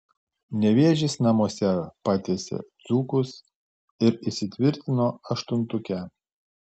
nevėžis namuose patiesė dzūkus ir įsitvirtino aštuntuke